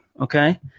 Okay